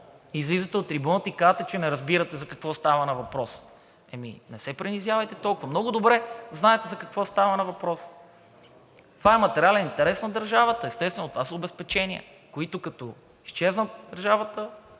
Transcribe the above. излизате от трибуната и казвате, че не разбирате за какво става въпрос – ами, не се принизявайте толкова. Много добре знаете за какво става въпрос. Това е материален интерес на държавата, естествено, това са обезпечения, които като изчезнат – държавата